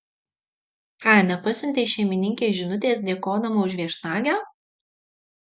ką nepasiuntei šeimininkei žinutės dėkodama už viešnagę